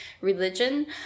religion